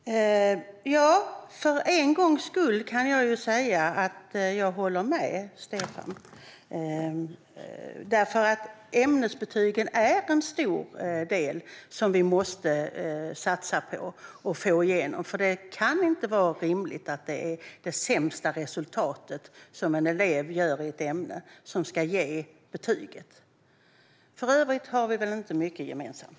Fru talman! För en gångs skull kan jag säga att jag håller med Stefan Jakobsson. Ämnesbetygen är en stor del som vi måste satsa på att få igenom. Det kan nämligen inte vara rimligt att det ska vara det sämsta resultatet som en elev gör i ett ämne som ska ge betyget. För övrigt har vi inte mycket gemensamt.